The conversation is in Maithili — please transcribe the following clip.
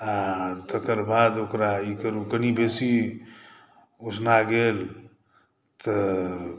आर तकर बाद ओकरा ई करूँ कनि बेसी उसना गेल तऽ